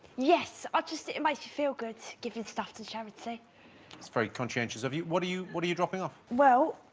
yes, i ah just it it might feel good give you the stuff to charity it's very conscientious of you. what are you what are you dropping off? well,